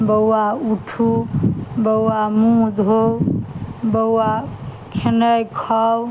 बौआ उठू बौआ मुँह धो बौआ खेनाइै खाउ